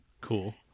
Cool